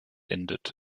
endet